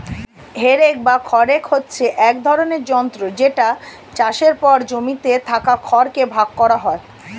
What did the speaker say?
হে rake বা খড় rake হচ্ছে এক ধরণের যন্ত্র যেটা চাষের পর জমিতে থাকা খড় কে ভাগ করা হয়